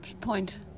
point